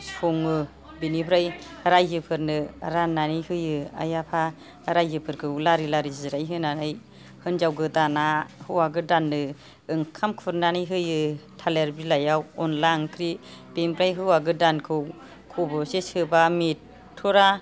सङो बिनिफ्राय रायजोफोरनो राननानै होयो आइ आफा रायजोफोरखौ लारि लारि जिराइ होन्नानै हिनजाव गोदाना हौवा गोदाननो ओंखाम खुरनानै होयो थालेर बिलाइआव अनला ओंख्रि बिनिफ्राय हौवा गोदानखौ खब'से सोबा मेथ'रा